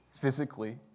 physically